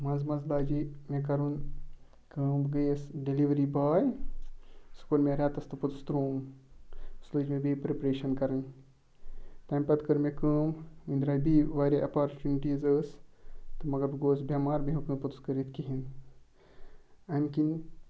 منٛزٕ منٛزٕ لاجے مےٚ کَرُن کٲم بہٕ گٔیَس ڈیٚلؤری باے سُہ کوٚر مےٚ رٮ۪تَس تہٕ پوٚتُس ترٛووُم سُہ لٔج مےٚ بیٚیہِ پریپریشَن کَرٕنۍ تَمہِ پَتہٕ کٔر مےٚ کٲم وۅنۍ درٛاے بیٚیہِ واریاہ اَپارچُنِٹیٖز ٲس تہٕ مگر بہٕ گووس بٮ۪مار بہٕ ہیوٚک نہٕ سُہ پتہٕ کٔرِتھ کِہیٖنٛۍ اَمہِ کِنۍ